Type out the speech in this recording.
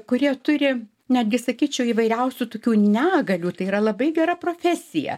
kurie turi netgi sakyčiau įvairiausių tokių negalių tai yra labai gera profesija